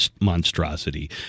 monstrosity